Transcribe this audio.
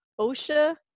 OSHA